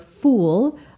Fool